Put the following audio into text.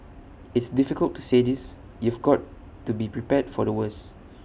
it's difficult to say this you've got to be prepared for the worst